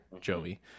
Joey